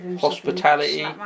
hospitality